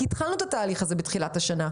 כי אנחנו כן התחלנו את התהליך הזה בתחילת השנה.